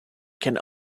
can